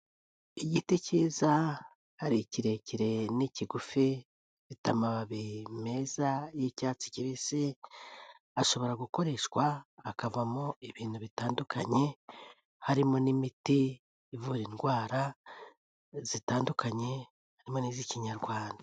Igiti cyiza ari ikirekire n'ikigufi gifite amababi meza y'icyatsi kibisi, ashobora gukoreshwa akavamo ibintu bitandukanye harimo n'imiti ivura indwara zitandukanye, hari n'iz'ikinyarwanda.